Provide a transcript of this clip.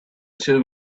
two